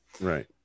right